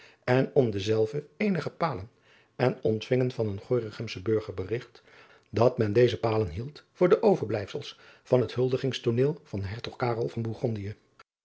en om denzelven eenige palen en ontvingen van een ornichemsch urger berigt dat men deze palen hield voor de overblijfsels van het buldigings tooneel van ertog van